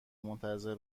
منتظر